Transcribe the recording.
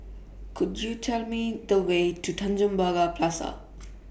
Could YOU Tell Me The Way to Tanjong Pagar Plaza